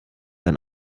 ein